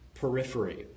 Periphery